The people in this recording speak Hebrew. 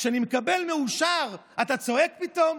כשאני מקבל מאושר, אתה צועק פתאום?